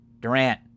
Durant